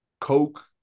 Coke